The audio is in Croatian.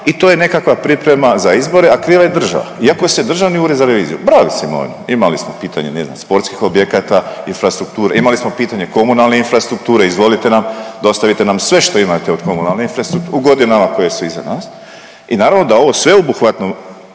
i to je nekakva priprema za izbore, a kriva je država iako se Državni ured za reviziju, .../Govornik se ne razumije./... imali smo pitanje, ne znam, sportskih objekata, infrastrukture, imali smo pitanje komunalne infrastrukture, izvolite nam dostavite nam sve što imate od komunalne .../nerazumljivo/... u godinama koje su iza nas i naravno da ovo sveobuhvatno